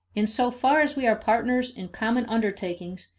in so far as we are partners in common undertakings,